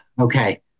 Okay